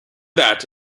that